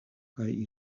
kaj